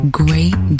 great